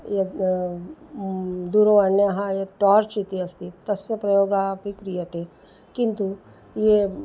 यद् दूरवाण्याः यत् टार्च् इति अस्ति तस्य प्रयोगः अपि क्रियते किन्तु ये